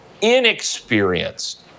inexperienced